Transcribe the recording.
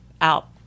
out